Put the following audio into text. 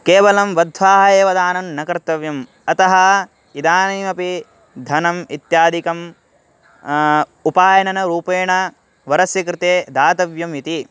केवलं वधोः एव दानं न कर्तव्यम् अतः इदानीमपि धनम् इत्यादिकम् उपायननरूपेण वरस्य कृते दातव्यम् इति